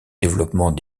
développement